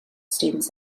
students